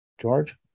George